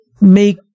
make